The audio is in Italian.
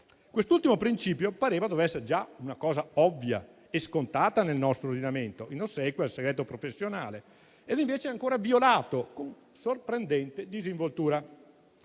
Quest'ultimo principio pareva dovesse già essere una cosa ovvia e scontata nel nostro ordinamento, in ossequio al segreto professionale, ed invece è ancora violato con sorprendente disinvoltura.